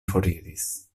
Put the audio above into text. foriris